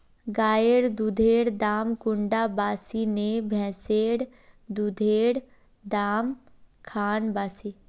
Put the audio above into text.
गायेर दुधेर दाम कुंडा बासी ने भैंसेर दुधेर र दाम खान बासी?